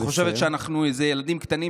וחושבת שאנחנו איזה ילדים קטנים,